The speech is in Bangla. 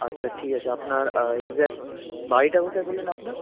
আচ্ছা ঠিক আছে আপনার এক্সাক্ট বাড়িটা কোথায় বললেন আপনার